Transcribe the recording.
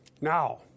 now